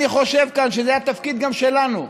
אני חושב שזה גם התפקיד שלנו,